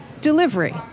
Delivery